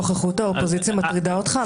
נוכחות האופוזיציה מטרידה אותך?